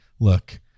look